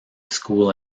school